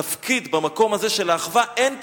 בתפקיד, במקום הזה של האחווה, אין פשרות.